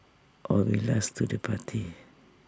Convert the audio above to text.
or being last to the party